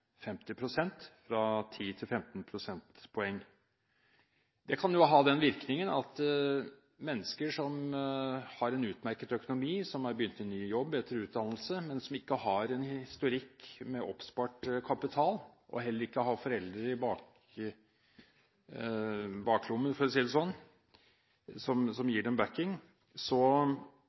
– fra 10 til 15 prosentpoeng. Det kan jo ha den virkningen at mennesker som har en utmerket økonomi, som har begynt i ny jobb etter utdannelse, men som ikke har en historikk med oppspart kapital og heller ikke har «foreldre i baklommen» – for å si det sånn – som gir dem backing,